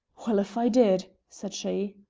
well, if i did! said she.